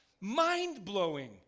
Mind-blowing